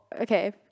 okay